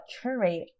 curate